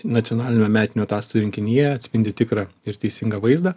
nacionalinio metinių ataskaitų rinkinyje atspindi tikrą ir teisingą vaizdą